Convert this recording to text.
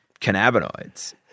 cannabinoids